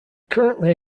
currently